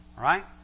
Right